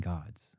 Gods